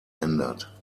ändert